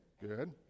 good